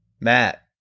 Matt